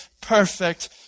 perfect